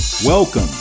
Welcome